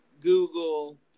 Google